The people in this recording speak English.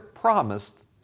Promised